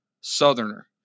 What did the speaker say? southerner